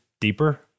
deeper